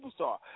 superstar